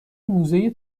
موزه